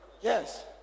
Yes